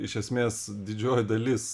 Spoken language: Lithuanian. iš esmės didžioji dalis